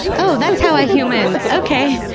oh, that's how i human! okay.